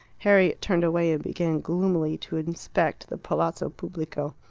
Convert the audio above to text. harriet turned away and began gloomily to inspect the palazzo pubblico.